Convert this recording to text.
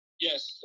Yes